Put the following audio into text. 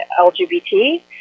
LGBT